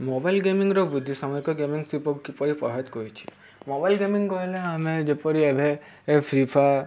mobile ଗେମିଂର ବୃଦ୍ଧି ସାମୟିକ ଗେମିଂ ଶିଳ୍ପକୁ କିପରି ପ୍ରଭାବିତ କରିଛି ମୋବାଇଲ୍ ଗେମିଂ କହିଲେ ଆମେ ଯେପରି ଏବେ ଏବେ ଫ୍ରି ଫାୟାର୍